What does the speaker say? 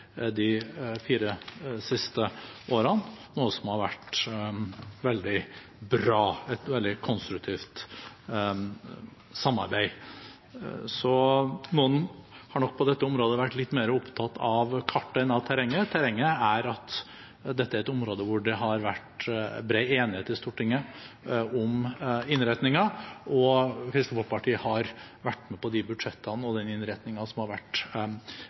de fire siste årene, noe som har vært veldig bra – et veldig konstruktivt samarbeid. Noen har nok på dette området vært litt mer opptatt av kartet enn av terrenget. Terrenget på dette området er at det har vært bred enighet i Stortinget om innretningen, og Kristelig Folkeparti har vært med på de budsjettene og den innretningen som har vært